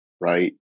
right